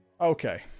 okay